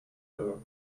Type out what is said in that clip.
her